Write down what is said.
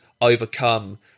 overcome